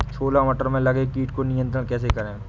छोला मटर में लगे कीट को नियंत्रण कैसे करें?